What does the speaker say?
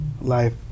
life